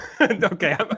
Okay